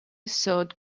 sold